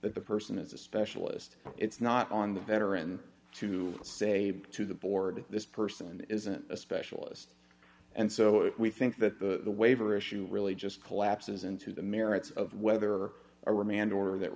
that the person is a specialist it's not on the veteran to say to the board this person isn't a specialist and so we think that the waiver issue really just collapses into the merits of whether or remand order that